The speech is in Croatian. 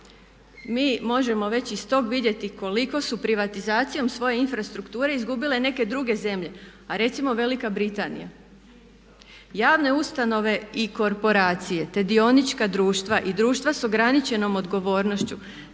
mi možemo već iz tog vidjeti koliko su privatizacijom svoje infrastrukture izgubile neke druge zemlje, a recimo Velika Britanija. Javne ustanove i korporacije, te dionička društva i društva s ograničenom odgovornošću